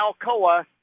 Alcoa